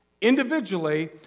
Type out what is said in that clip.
individually